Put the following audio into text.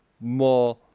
more